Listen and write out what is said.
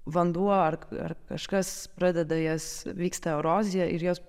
vanduo ar ar kažkas pradeda jas vyksta erozija ir jos